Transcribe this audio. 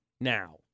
now